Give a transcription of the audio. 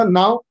now